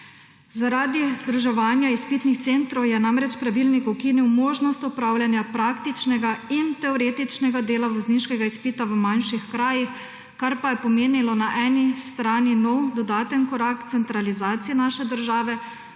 Zaradi združevanja izpitnih centrov je namreč pravilnik ukinil možnost opravljanja praktičnega in teoretičnega dela vozniškega izpita v manjših krajih, kar je pomenilo na eni strani nov, dodaten korak k centralizaciji naše države,